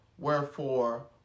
Wherefore